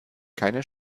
keine